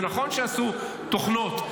זה נכון שעשו תוכנות,